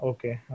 Okay